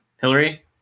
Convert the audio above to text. Hillary